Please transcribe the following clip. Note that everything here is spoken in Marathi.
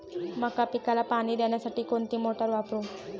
मका पिकाला पाणी देण्यासाठी कोणती मोटार वापरू?